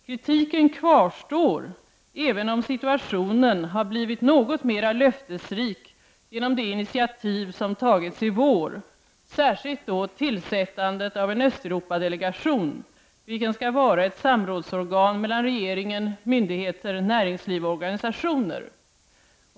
Kritiken kvarstår även om situationen har blivit något mera löftesrik genom de initiativ som tagits i vår, särskilt då tillsättandet av en Östeuropadelegation, vilken skall var ett samrådsorgan mellan regeringen, myndigheter, näringsliv och organisationer.